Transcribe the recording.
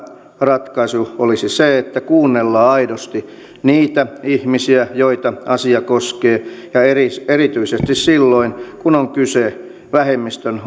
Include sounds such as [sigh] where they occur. ratkaisu olisi se että kuunnellaan aidosti niitä ihmisiä joita asia koskee ja erityisesti silloin kun on kyse vähemmistön [unintelligible]